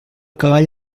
cavall